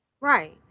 Right